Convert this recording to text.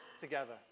together